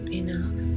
enough